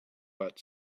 but